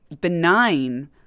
benign